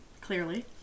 clearly